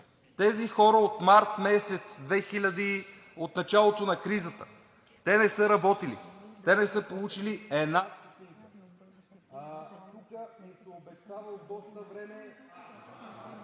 Тези хора от месец март, от началото на кризата, не са работили, не са получили една…